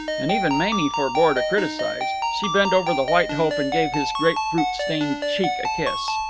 and even mamie forbore to criticize. she bent over the white hope and gave his grapefruit-stained cheek a kiss.